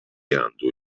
għandu